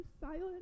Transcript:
silent